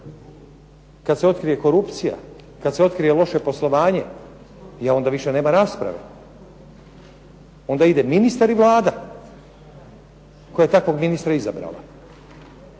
kad se otkrije korupcija, kad se otkrije loše poslovanje, onda više nema rasprave. Onda ide ministar i Vlada, koja je takvog ministra izabrala.